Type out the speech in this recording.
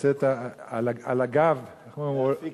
שיעשה על הגב, להפיק